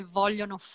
vogliono